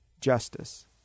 justice